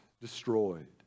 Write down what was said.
destroyed